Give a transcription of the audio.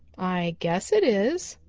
i guess it is,